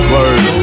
Word